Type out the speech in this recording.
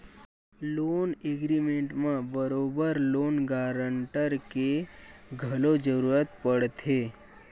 loan agreement म बरोबर loan guarantor के घलो जरुरत पड़थे